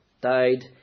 died